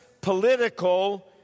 political